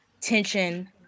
tension